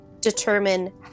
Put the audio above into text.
determine